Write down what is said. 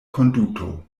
konduto